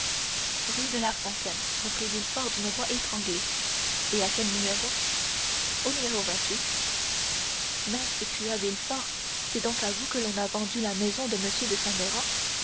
rue de la fontaine reprit villefort d'une voix étranglée et à quel au mais s'écria villefort c'est donc à vous que l'on a vendu la maison de m de